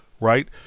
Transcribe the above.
right